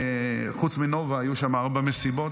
חוץ מהנובה היו שם ארבע מסיבות,